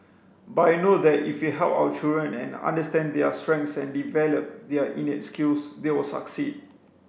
but I know that if we help our children and understand their strengths and develop their innate skills they will succeed